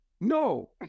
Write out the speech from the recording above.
no